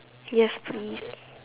yes please